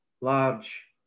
large